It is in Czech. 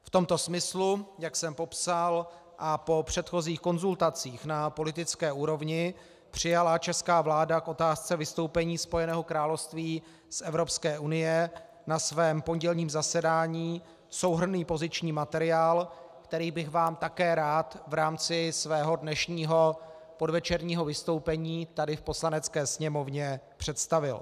V tomto smyslu, jak jsem popsal, a po předchozích konzultacích na politické úrovni přijala česká vláda k otázce vystoupení Spojeného království z Evropské unie na svém pondělním zasedání souhrnný poziční materiál, který bych vám také rád v rámci svého dnešního podvečerního vystoupení tady v Poslanecké sněmovně představil.